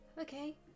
Okay